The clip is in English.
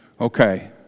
Okay